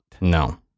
No